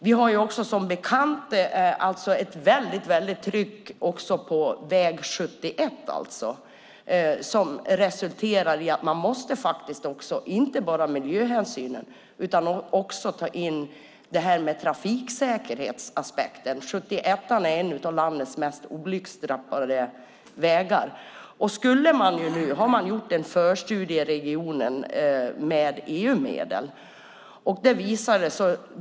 Vi har också som bekant ett väldigt tryck på väg 71 som resulterar i att man inte bara måste ta miljöhänsyn utan också ta in trafiksäkerhetsaspekten. 71:an är en av landets mest olycksdrabbade vägar. Nu har man gjort en förstudie i regionen med EU-medel.